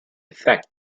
effect